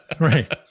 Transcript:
right